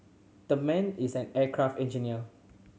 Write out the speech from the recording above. the man is an aircraft engineer